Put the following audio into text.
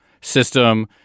system